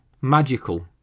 magical